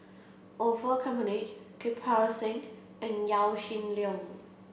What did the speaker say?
Orfeur Cavenagh Kirpal Singh and Yaw Shin Leong